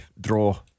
draw